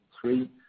three